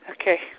Okay